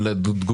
תודה רבה.